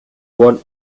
want